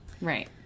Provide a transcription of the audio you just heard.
Right